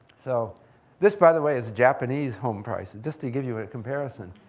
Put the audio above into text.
so this, by the way, is japanese home prices, just to give you a comparison.